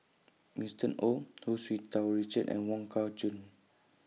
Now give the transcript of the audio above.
Winston O Hu Tsu Tau Richard and Wong Kah Chun